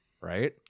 right